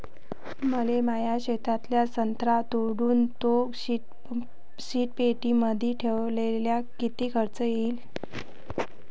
मले माया शेतातला संत्रा तोडून तो शीतपेटीमंदी ठेवायले किती खर्च येईन?